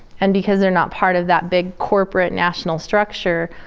and because they're not part of that big corporate, national structure,